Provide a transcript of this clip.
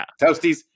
Toasties